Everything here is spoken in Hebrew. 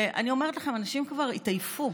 ואני אומרת לכם, אנשים כבר התעייפו,